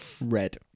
red